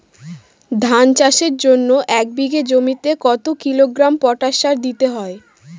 ধান চাষের জন্য এক বিঘা জমিতে কতো কিলোগ্রাম পটাশ সার দিতে হয়?